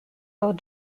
old